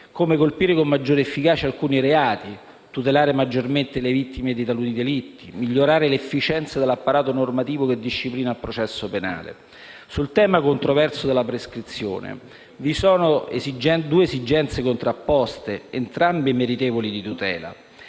come colpire con maggiore efficacia alcuni reati, tutelare maggiormente le vittime di taluni delitti, migliorare l'efficienza dell'apparato normativo che disciplina il processo penale. Sul tema controverso della prescrizione vi sono due esigenze contrapposte, entrambe meritevoli di tutela: